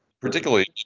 particularly